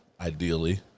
ideally